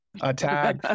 attack